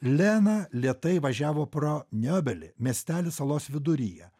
lena lėtai važiavo pro niobelį miestelis salos viduryje